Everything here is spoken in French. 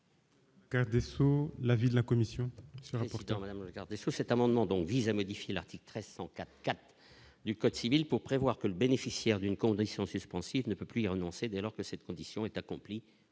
Pourtant même regarder sous cet amendement dont vise à modifier l'article 1384 du code civil pour prévoir que le bénéficiaire d'une condition suspensive ne peut plus y renoncer dès lors que cette condition est accompli